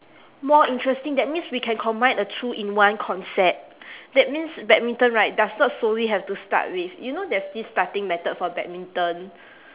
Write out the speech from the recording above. more interesting that means we can combine a two in one concept that means badminton right does not solely have to start with you know there's this starting method for badminton